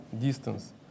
distance